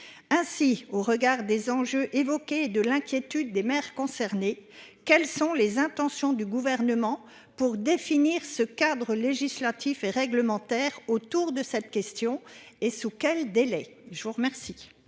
Ainsi, au regard des enjeux évoqués de l'inquiétude des maires concernés. Quelles sont les intentions du gouvernement pour définir ce cadre législatif et réglementaire autour de cette question et sous quel délai, je vous remercie.